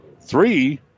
three